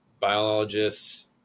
biologists